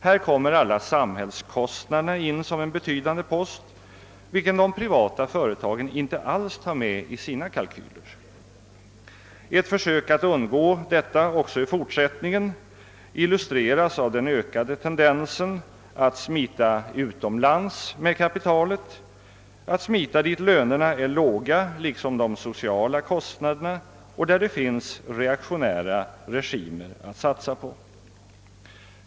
Här kommer alla samhällskostnaderna in som en betydande post, vilken de privata företagen inte alls tar med i sina kalkyler. Ett försök att undgå detta också i fortsättningen illustreras av den ökade tendensen att smita utomlands med kapitalet, till länder där lönerna och de sociala kostnaderna är låga och där det finns reaktionära regimer att sätsa på.